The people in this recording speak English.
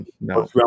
no